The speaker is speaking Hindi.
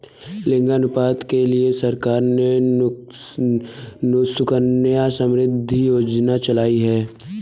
लिंगानुपात के लिए सरकार ने सुकन्या समृद्धि योजना चलाई है